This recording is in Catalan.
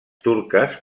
turques